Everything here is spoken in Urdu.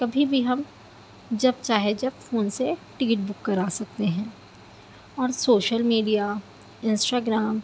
کبھی بھی ہم جب چاہے جب فون سے ٹکٹ بک کرا سکتے ہیں اور سوشل میڈیا انسٹاگرام